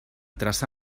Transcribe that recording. traça